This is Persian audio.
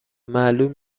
معلوم